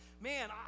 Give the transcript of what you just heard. Man